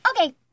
Okay